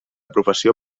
professió